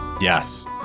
Yes